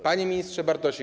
Panie Ministrze Bartosik!